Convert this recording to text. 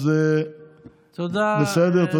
תודה רבה.